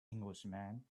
englishman